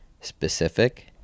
specific